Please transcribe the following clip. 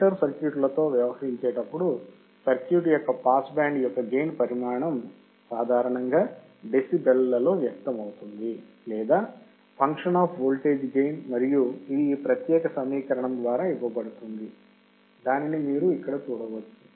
filter సర్క్యూట్లతో వ్యవహరించేటప్పుడు circuit యొక్క పాస్ బ్యాండ్ యొక్క గెయిన్ పరిమాణం సాధారణంగా డెసిబెల్లలో వ్యక్తమవుతుంది లేదా ఫంక్షన్ ఆఫ్ వోల్టేజ్ గెయిన్ మరియు ఇది ఈ ప్రత్యేక సమీకరణం ద్వారా ఇవ్వబడుతుంది దానిని మీరు ఇక్కడ చూడవచ్చు